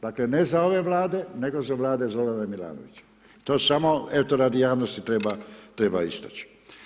Dakle, ne za ove Vlade, nego za Vlade Zorana Milanovića, to samo eto radi javnosti treba istaći.